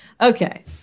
Okay